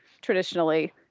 traditionally